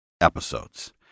episodes